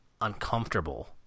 uncomfortable